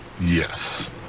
Yes